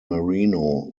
marino